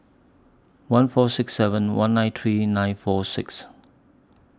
one four six seven one nine three nine four six